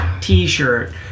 t-shirt